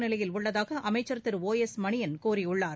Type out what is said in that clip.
நிலையில் உள்ளதாக அமைச்சர் திரு ஓ எஸ் மணியன் கூறியுள்ளார்